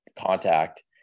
contact